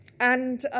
and